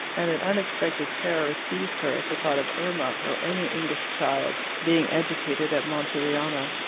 and an unexpected terror seized her at the thought of irma or any english child being educated at monteriano.